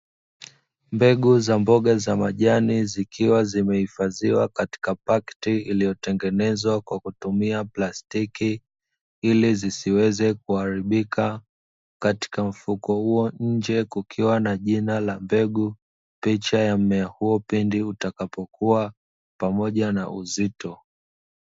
Mbegu za mboga za majani, zikiwa zimehifadhiwa katika pakti iliyotengenezwa kwa kutumia plastiki, ili zisiweze kuharibika katika mfuko huo nje kukiwa na jina la mbegu, picha ya mmea huo pindi utakapokua pamoja na uzito.